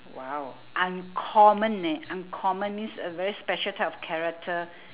!wow! uncommon leh uncommon means a very special type of character